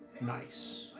Nice